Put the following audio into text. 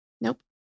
Nope